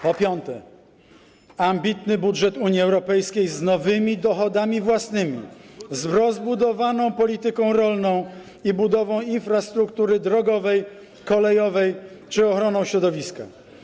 Po piąte, ambitny budżet Unii Europejskiej z nowymi dochodami własnymi, z rozbudowaną polityką rolną i budową infrastruktury drogowej, kolejowej czy ochroną środowiska.